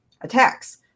attacks